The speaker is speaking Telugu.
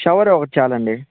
షవర్ ఒకటి చాలండి